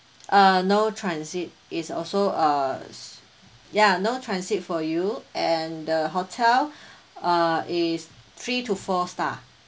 uh no transit it's also uh s~ ya no transit for you and the hotel uh is three to four star